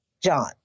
John